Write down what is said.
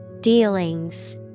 Dealings